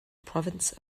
province